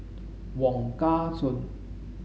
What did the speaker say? Wong Kah Chun